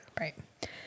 Right